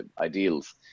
ideals